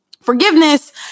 forgiveness